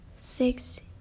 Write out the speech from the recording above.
six